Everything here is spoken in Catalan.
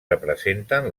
representen